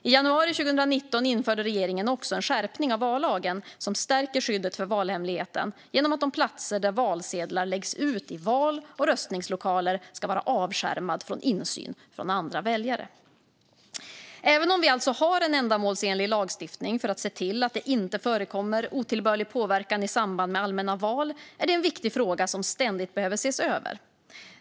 I januari 2019 införde regeringen också en skärpning av vallagen som stärker skyddet för valhemligheten genom att de platser där valsedlar läggs ut i val och röstningslokaler ska vara avskärmade från insyn från andra väljare. Även om vi alltså har en ändamålsenlig lagstiftning för att se till att det inte förekommer otillbörlig påverkan i samband med allmänna val är det en viktig fråga som ständigt behöver ses över.